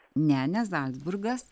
ne ne zalcburgas